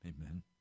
Amen